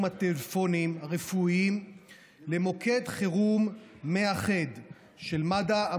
הטלפוניים הרפואיים למוקד חירום מאחד של מד"א,